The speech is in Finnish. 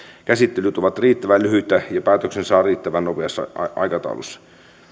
käsittelyt ovat riittävän lyhyitä ja päätöksen saa riittävän nopeassa aikataulussa